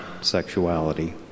sexuality